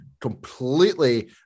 completely